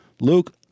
Luke